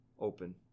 open